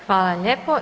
Hvala lijepo.